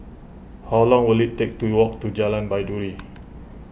how long will it take to walk to Jalan Baiduri